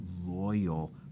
loyal